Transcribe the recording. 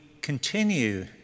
continue